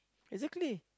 exactly